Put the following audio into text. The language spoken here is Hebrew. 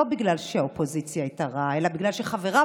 לא בגלל שהאופוזיציה הייתה רעה אלא בגלל שחבריו